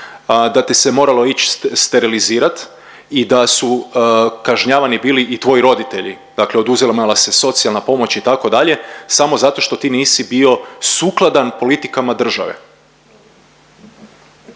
da te se moralo ići sterilizirat i da su kažnjavani bili i tvoji roditelji. Dakle, oduzimala se socijalna pomoć itd. samo zato što ti nisi bio sukladan politikama države.